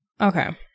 Okay